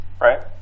right